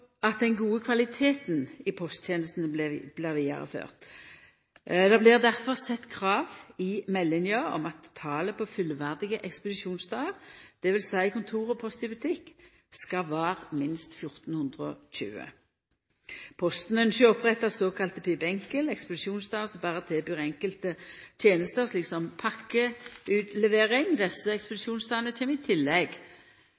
at den gode kvaliteten i posttenestene blir vidareført. Det blir difor sett krav i meldinga om at talet på fullverdige ekspedisjonsstader, dvs. postkontor og Post i Butikk, skal vera minst 1 420. Posten ynskjer å oppretta såkalla PiB Enkel, ekspedisjonsstader som berre tilbyr enkelte tenester, slik som pakkeutlevering. Desse